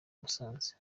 musanze